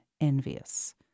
envious